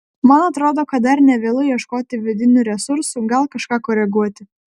man atrodo kad dar ne vėlu ieškoti vidinių resursų gal kažką koreguoti